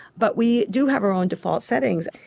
but we do have our own default settings.